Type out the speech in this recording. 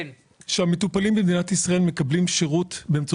המטופלים במדינת ישראל מקבלים שירות דרך